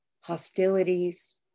hostilities